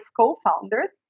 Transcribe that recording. co-founders